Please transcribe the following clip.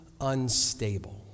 unstable